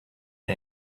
and